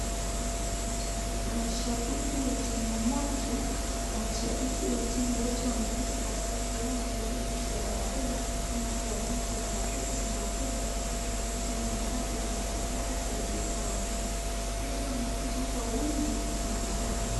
Mashabiki wa timu moja, mashabiki wa timu wote wamekuja katika kiwanja ili kusheherekea ama kuonyesha sapoti na upendo katika ile timu ambayo wangetaka kuibuka wa kwanza. Wote wamekuja kwa wingi ili kuonyesha upendo wao.